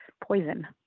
poison